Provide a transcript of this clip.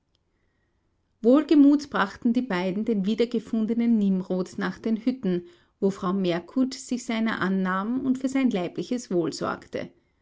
wohlgemut brachten die beiden den wiedergefundenen nimrod nach den hütten wo frau merkut sich seiner annahm und für sein leibliches wohl sorgte